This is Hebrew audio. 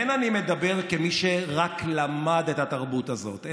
אין אני מדבר כמי שרק למד את התרבות הזאת,